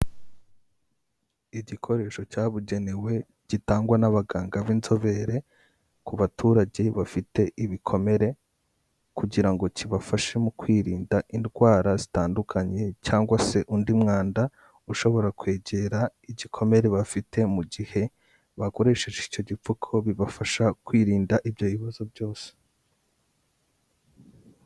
Igikoresho cyabugenewe, gitangwa n'abaganga b'inzobere, ku baturage bafite ibikomere kugira ngo kibafashe mu kwirinda indwara zitandukanye cyangwa se undi mwanda ushobora kwegera igikomere bafite mu gihe bakoresheje icyo gipfuko, bibafasha kwirinda ibyo bibazo byose.